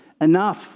Enough